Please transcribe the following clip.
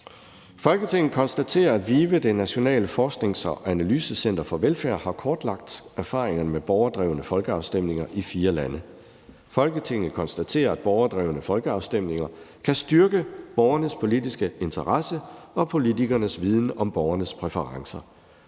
»Folketinget konstaterer, at VIVE – Det Nationale Forsknings- og Analysecenter for Velfærd – har kortlagt erfaringerne med borgerdrevne folkeafstemninger i fire lande. Folketinget konstaterer, at borgerdrevne folkeafstemninger kan styrke borgernes politiske interesse og politikernes viden om borgernes præferencer.